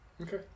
okay